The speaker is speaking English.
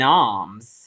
Noms